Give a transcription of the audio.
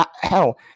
hell